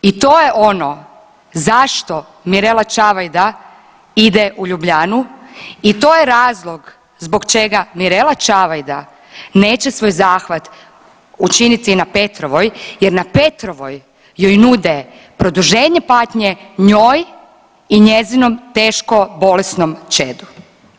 I to je ono zašto Mirela Čavajda ide u Ljubljanu i to je razlog zbog čega Mirela Čavajda neće svoj zahvat učiniti na Petrovoj jer na Petrovoj joj nude produženje patnje njoj i njezinom teško bolesnom čedu.